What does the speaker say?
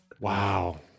wow